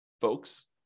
folks